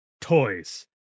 toys